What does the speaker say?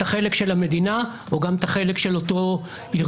החלק של המדינה או גם את החלק של אותו ארגון?